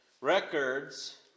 records